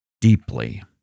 deeply